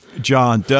john